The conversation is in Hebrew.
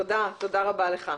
תודה רבה לך.